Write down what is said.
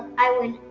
i went,